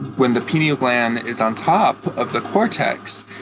when the penial gland is on top of the cortex,